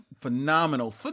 phenomenal